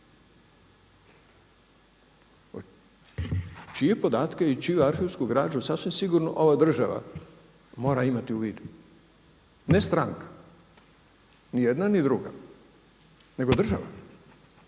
čije podatke i čiju arhivsku građu sasvim sigurno ova država mira imati u vidu. Ne stranka ni jedna ni druga, nego država